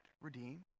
redeem